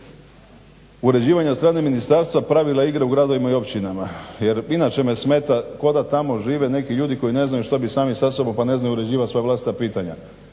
uređivanja od strane Ministarstva pravila igre u gradovima i općinama jer inače me smeta ko da tamo žive neki ljudi koji ne znaju što bi sami sa sobom pa ne znaju uređivat svoja vlastita pitanja.